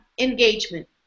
engagement